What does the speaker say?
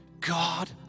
God